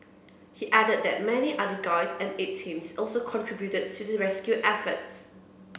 he added that many other guides and aid teams also contributed to the rescue efforts